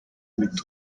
mito